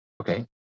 Okay